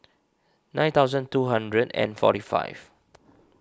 nine thousand two hundred and forty five